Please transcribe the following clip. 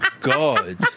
God